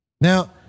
Now